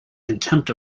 contempt